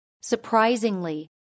Surprisingly